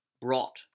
brought